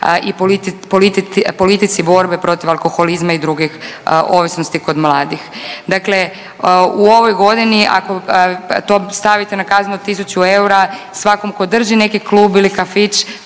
i polici borbe protiv alkoholizma i drugih ovisnosti kod mladih. Dakle, u ovoj goni, ako to stavite na kaznu od 1 000 eura svakom tko drži neki klub ili kafić,